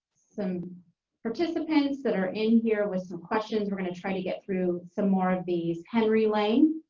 some participants that are in here with some questions, we're gonna try to get through some more of these. henry laing.